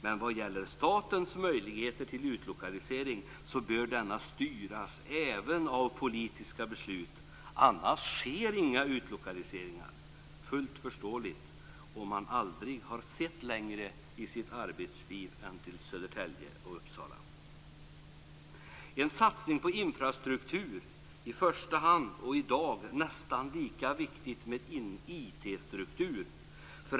Men statens möjligheter till utlokalisering bör styras även av politiska beslut. Annars sker inga utlokaliseringar. Detta är fullt förståeligt om man i sitt arbetsliv aldrig har sett längre än till Södertälje och Uppsala. En satsning bör ske på infrastruktur, i första hand på vägar. I dag är det nästan lika viktigt med IT struktur.